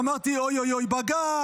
אמרתי, אוי אוי אוי, בג"ץ,